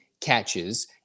catches